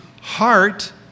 heart